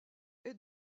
est